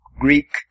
Greek